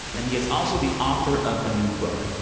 and he is also the author of a new book.